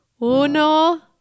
Uno